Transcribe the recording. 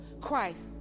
Christ